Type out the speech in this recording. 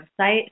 website